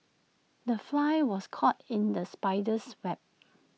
the fly was caught in the spider's web